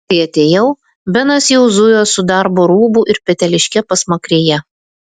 kai atėjau benas jau zujo su darbo rūbu ir peteliške pasmakrėje